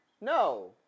No